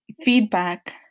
feedback